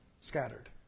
scattered